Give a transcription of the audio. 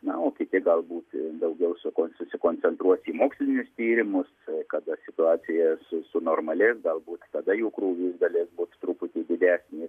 na o kiti galbūt daugiau suko susikoncentruos į mokslinius tyrimus kada situacija su sunormalės galbūt tada jų krūvis galės būti truputį didesnis